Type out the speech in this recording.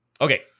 okay